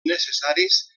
necessaris